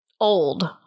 Old